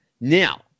Now